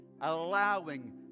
allowing